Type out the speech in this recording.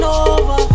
over